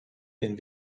den